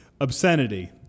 obscenity